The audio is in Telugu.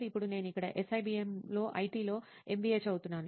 ఇప్పుడు నేను ఇక్కడ SIBM లో IT లో MBA చదువుతున్నాను